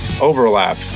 overlap